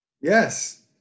Yes